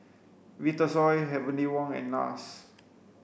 Vitasoy Heavenly Wang and NARS